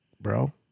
bro